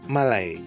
Malay